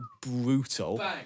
brutal